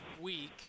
week